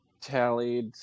tallied